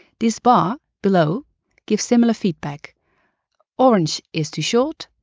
this bar below gives similar feedback orange is too short,